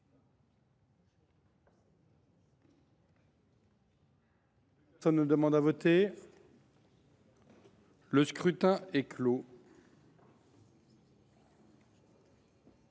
Personne ne demande plus à voter ?… Le scrutin est clos.